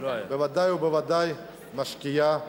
בוודאי ובוודאי משקיעה,